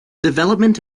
development